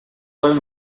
was